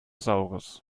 saures